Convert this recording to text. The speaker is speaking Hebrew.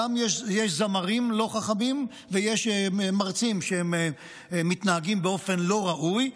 גם יש זמרים לא חכמים ויש מרצים שמתנהגים באופן לא ראוי,